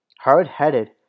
Hard-headed